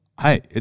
Hey